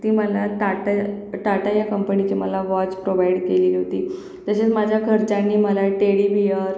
ती मला ताटं टाटा या कंपनीचे मला वॉच प्रोवाईड केलेली होती तसेच माझ्या घरच्यांनी मला टेडी बियर